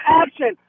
action